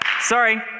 Sorry